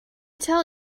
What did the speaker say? tell